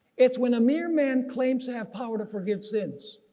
it's when a mere man claims to have power to forgive sins.